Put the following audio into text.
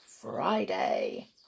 Friday